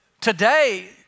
today